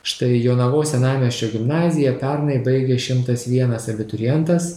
štai jonavos senamiesčio gimnaziją pernai baigė šimtas vienas abiturientas